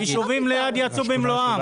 היישובים ליד יצאו במלואם.